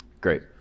great